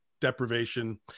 deprivation